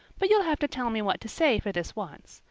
but you'll have to tell me what to say for this once.